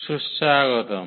সুস্বাগতম